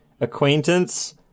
acquaintance